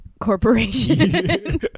corporation